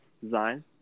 design